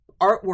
artwork